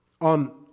on